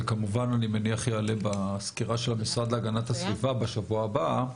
זה כמובן אני מניח יעלה בסקירה של המשרד להגנת הסביבה בשבוע הבא,